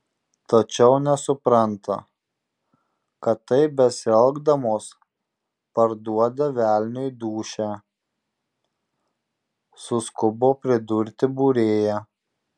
tačiau nesupranta kad taip besielgdamos parduoda velniui dūšią suskubo pridurti būrėja